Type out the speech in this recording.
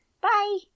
Bye